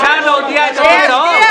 --- אפשר להודיע את התוצאות?